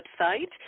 website